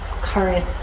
current